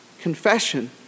confession